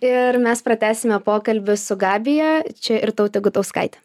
ir mes pratęsime pokalbį su gabija čia irtautė gutauskaitė